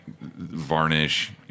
Varnish